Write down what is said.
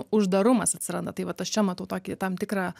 uždarumas atsiranda tai vat aš čia matau tokį tam tikrą